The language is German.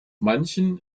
manchen